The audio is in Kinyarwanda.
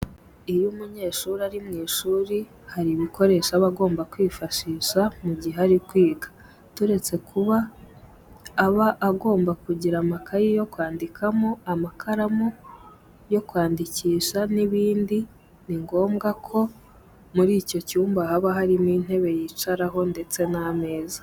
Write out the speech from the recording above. Iyo umunyeshuri ari mu ishuri hari ibikoresho aba agomba kwifashisha mu gihe ari kwiga. Turetse kuba aba agomba kugira amakayi yo kwandikiramo, amakaramu yo kwandikisha n'ibindi, ni ngombwa ko muri icyo cyumba haba harimo intebe yicaraho ndetse n'ameza.